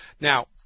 Now